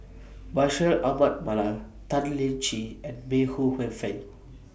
Bashir Ahmad Mallal Tan Lian Chye and May Ooi Yu Fen